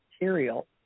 material